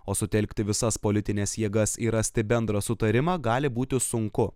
o sutelkti visas politines jėgas ir rasti bendrą sutarimą gali būti sunku